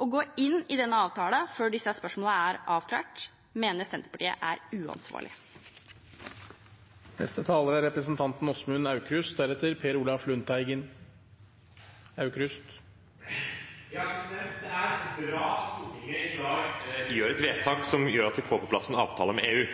Å gå inn i denne avtalen før disse spørsmålene er avklart, mener Senterpartiet er uansvarlig. Det er bra at Stortinget i dag fatter et vedtak som gjør at vi får på plass en avtale med EU.